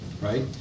right